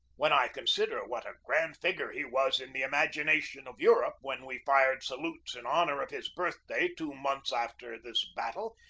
when i consider what a grand figure he was in the imagination of europe when we fired salutes in honor of his birthday two months after this battle,